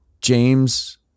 James